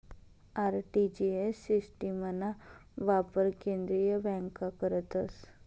RTGS सिस्टिमना वापर केंद्रीय बँका करतस